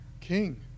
king